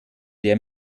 der